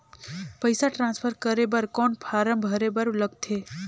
पईसा ट्रांसफर करे बर कौन फारम भरे बर लगथे?